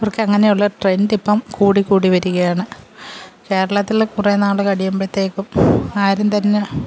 അവർക്ക് അങ്ങനെയുള്ള ട്രെൻഡ് ഇപ്പം കൂടിക്കൂടി വരികയാണ് കേരളത്തിൽ കുറേ നാൾ കഴിയുമ്പോഴത്തേക്കും ആരുംതന്നെ